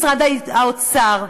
משרד האוצר,